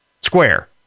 square